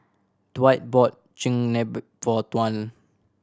Dwight bought Chigenabe for Tuan